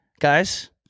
Guys